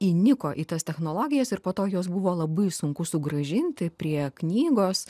įniko į tas technologijas ir po to jos buvo labai sunku sugrąžinti prie knygos